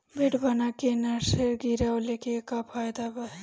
Bed बना के nursery गिरवले के का फायदा बा?